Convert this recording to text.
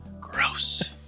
Gross